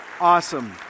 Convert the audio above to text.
Awesome